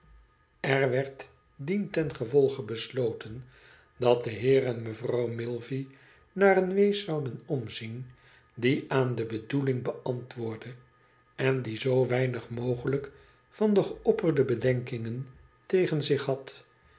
er werd dientengevolge besloten dat de heer en mevrouw milve naar een wees zouden omzien die aan de bedoeling beantwoordde en die zoo weinig mogelijk van de geopperde bedenkingen tegen zich had